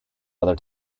other